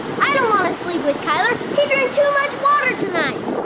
i don't want to sleep with kyler he drank too much water tonight.